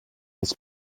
his